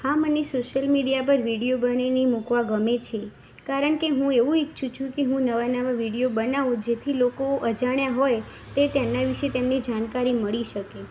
હા મને social media પર વીડિયો બનાવીને મૂકવા ગમે છે કારણ કે હું એવું ઇચ્છું છું કે હું નવા વીડિઓ બનાવું જેથી લોકો અજાણ્યા હોય તે તેના વિશે તેમને જાણકારી મળી શકે